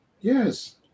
Yes